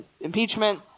impeachment